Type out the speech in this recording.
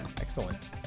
Excellent